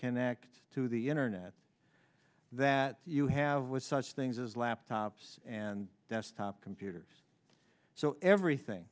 connect to the internet that you have with such things as laptops and desktop computers so everything